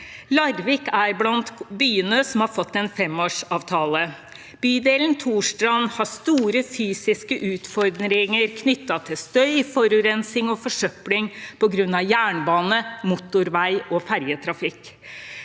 Larvik er blant byene som har fått en femårsavtale. Bydelen Torstrand har store fysiske utfordringer knyttet til støy, forurensning og forsøpling på grunn av jernbane, motorvei og ferjetrafikk.